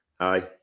Aye